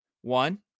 One